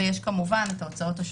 נכון?